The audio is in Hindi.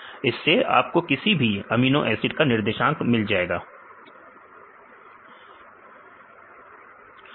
इससे आपको किसी भी अमीनो एसिड के निर्देशांक मिल जाएंगे